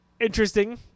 Interesting